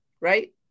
right